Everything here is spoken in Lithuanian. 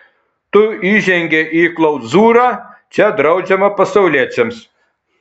tu įžengei į klauzūrą čia draudžiama pasauliečiams